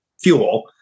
fuel